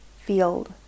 field